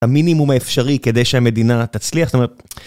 המינימום האפשרי כדי שהמדינה תצליח, זאת אומרת,